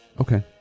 Okay